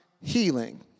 healing